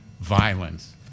violence